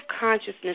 consciousness